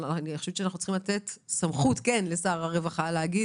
אני חושבת שצריך לתת לשר הרווחה סמכות למנות